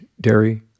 dairy